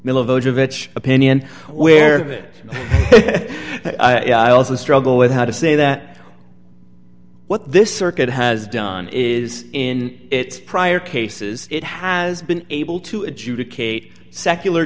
mill of opinion where it also struggle with how to say that what this circuit has done is in its prior cases it has been able to adjudicate secular